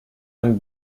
and